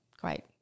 great